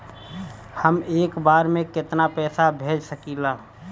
हम एक बार में केतना पैसा भेज सकिला?